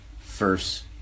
first